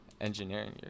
engineering